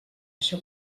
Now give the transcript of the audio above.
això